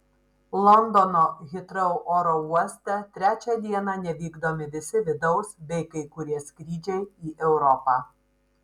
londono hitrou oro uoste trečią dieną nevykdomi visi vidaus bei kai kurie skrydžiai į europą